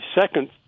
second